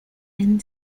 and